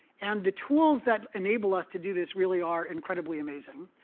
and the tools that enable us to do this really are incredibly amazing.